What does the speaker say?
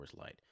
Light